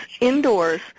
indoors